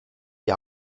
die